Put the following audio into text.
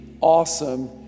awesome